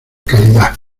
calidad